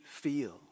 feel